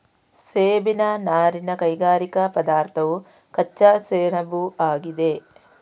ಸೆಣಬಿನ ನಾರಿನ ಕೈಗಾರಿಕಾ ಪದಾರ್ಥವು ಕಚ್ಚಾ ಸೆಣಬುಆಗಿದೆ